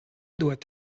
doit